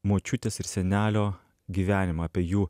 močiutės ir senelio gyvenimą apie jų